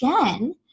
again